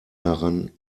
daran